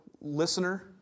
listener